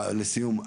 לסיום,